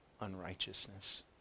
unrighteousness